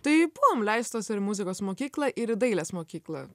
tai buvom leistos ir į muzikos mokyklą ir į dailės mokyklą